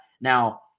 Now –